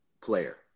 player